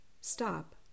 stop